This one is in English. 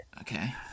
Okay